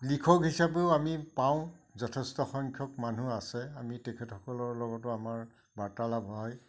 লিখক হিচাপেও আমি পাওঁ যথেষ্ট সংখ্যক মানুহ আছে আমি তেখেতসকলৰ লগতো আমাৰ বাৰ্তালাপ হয়